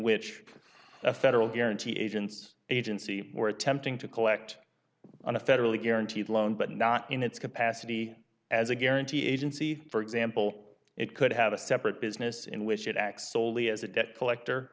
which a federal guarantee agents agency were attempting to collect on a federally guaranteed loan but not in its capacity as a guarantee agency for example it could have a separate business in which it acts soley as a debt collector